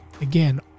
again